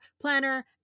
planner